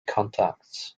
contacts